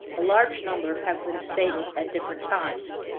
a large number have been stated at different times,